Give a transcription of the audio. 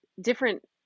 different